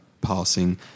passing